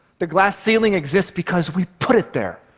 the glass ceiling exists because we put it there,